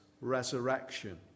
resurrection